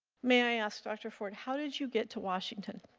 may i ask dr. ford, how did you get to washington?